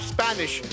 Spanish